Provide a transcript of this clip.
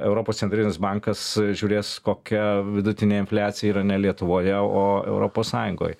europos centrinis bankas žiūrės kokia vidutinė infliacija yra ne lietuvoj o europos sąjungoj